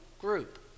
group